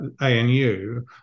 ANU